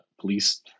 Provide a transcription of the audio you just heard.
police